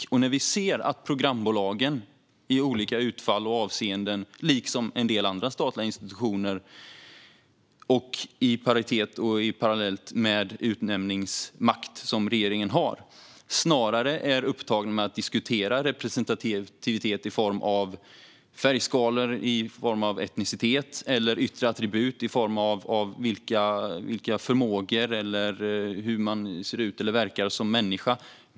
Vi reagerar när vi ser att programbolagen, liksom en del andra statliga institutioner, i olika avseenden snarare är upptagna med att diskutera representativitet i form av färgskalor, etnicitet, yttre attribut, förmågor eller hur man ser ut eller verkar som människa.